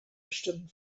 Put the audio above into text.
bestimmten